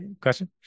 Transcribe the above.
question